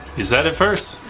you said it first.